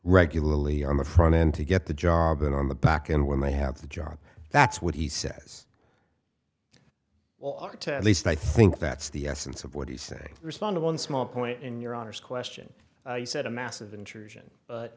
regularly on the front end to get the job and on the back end when they have the job that's what he says well at least i think that's the essence of what he's saying respond to one small point in your honour's question you said a massive intrusion